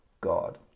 God